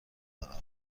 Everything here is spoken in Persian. دارم